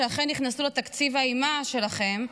שאכן נכנסו לתקציב האימה שלכם,